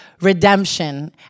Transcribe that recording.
redemption